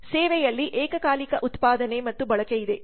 ಸೇವೆಯಲ್ಲಿ ಏಕಕಾಲಿಕ ಉತ್ಪಾದನೆ ಮತ್ತು ಬಳಕೆ ಇದೆ